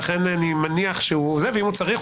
אם הוא צריך,